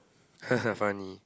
haha funny